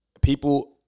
people